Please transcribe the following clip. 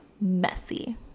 messy